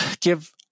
give